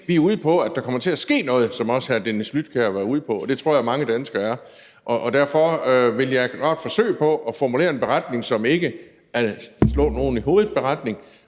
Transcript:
vi er ude på, at der kommer til at ske noget, som også hr. Dennis Flydtkjær var inde på. Det tror jeg at mange danskere er. Derfor vil jeg bare forsøge at formulere en beretning, som ikke er en slå nogen i